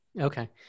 Okay